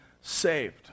saved